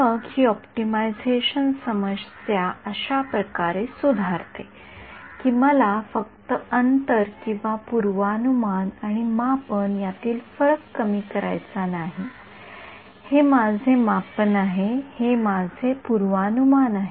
मग ही ऑप्टिमायझेशन समस्या अशा प्रकारे सुधारते की मला फक्त अंतर किंवा पूर्वानुमान आणि मापन यातील फरक कमी करायचा नाही हे माझे मापन आहे आणि हे माझे पूर्वानुमान आहे